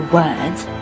words